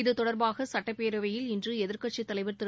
இதுதொடர்பாகசட்டப்பேரவையில் இன்று எதிர்க்கட்சி தலைவர் திரு